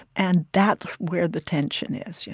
and that's where the tension is, you